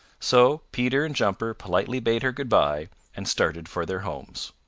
so peter and jumper politely bade her good-by and started for their homes.